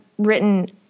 written